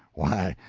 why,